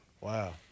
Wow